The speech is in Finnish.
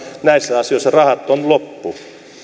näissä asioissa rahat ovat loppu